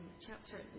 chapter